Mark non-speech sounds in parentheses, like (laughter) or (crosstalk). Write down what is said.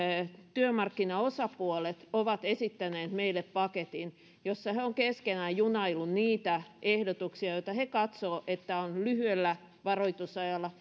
työmarkkinaosapuolet ovat esittäneet meille paketin jossa he he ovat keskenään junailleet niitä ehdotuksia joita he katsovat että on lyhyellä varoitusajalla (unintelligible)